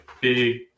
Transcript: big